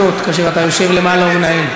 גם שרים, אתם מוגבלים בזמן וצריכים להתרגל לזה.